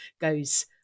goes